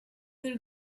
were